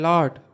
Lord